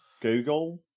Google